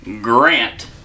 Grant